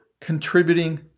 contributing